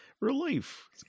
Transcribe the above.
Relief